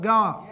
God